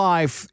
Life